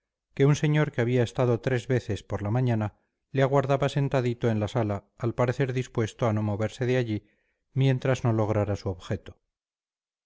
que un señor que había estado tres veces por la mañana le aguardaba sentadito en la sala al parecer dispuesto a no moverse de allí mientras no lograra su objeto